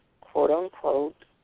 quote-unquote